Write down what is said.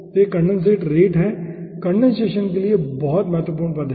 तो यह condensate rate है कंडेनसेशन के लिए बहुत महत्वपूर्ण पद है